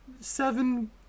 seven